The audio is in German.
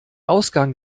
ausgang